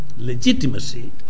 Legitimacy